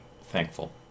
Thankful